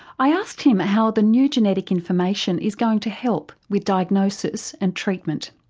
i asked him how the new genetic information is going to help with diagnosis and treatment.